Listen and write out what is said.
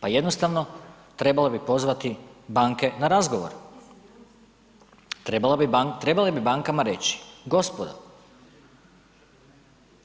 Pa jednostavno trebala bi pozvati banke na razgovor, trebale bi bankama reći, gospodo,